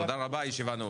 תודה רבה, הישיבה נעולה.